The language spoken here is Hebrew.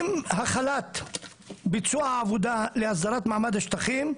עם החלת ביצוע העבודה להסדרת מעמד השטחים,